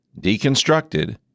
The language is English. deconstructed